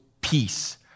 peace